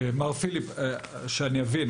מר פיליפ, שאני אבין